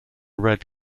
red